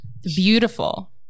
beautiful